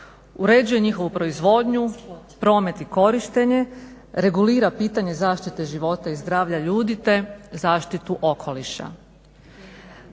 uređuje njihovu proizvodnju, promet i korištenje, regulira pitanje zaštite života i zdravlja ljudi, te zaštitu okoliša.